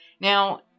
Now